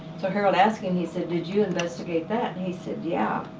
so harold asked him, he said, did you investigate that? and he said, yeah.